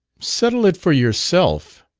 settle it for yourself,